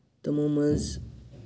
تِمَو منٛز